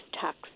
tax